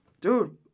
Dude